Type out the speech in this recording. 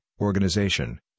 organization